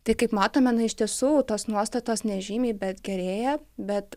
tai kaip matome na iš tiesų tos nuostatos nežymiai bet gerėja bet